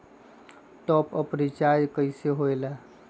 Top up recharge कइसे होएला?